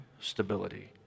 stability